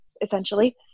essentially